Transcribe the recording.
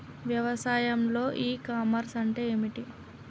వ్యవసాయంలో e commerce అంటే ఏమిటి?